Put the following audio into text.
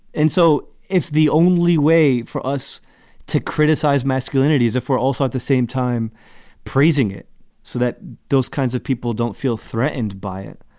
and so if the only way for us to criticize masculinity is if we're also at the same time praising it so that those kinds of people don't feel threatened by it,